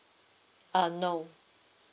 uh no